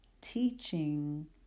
teaching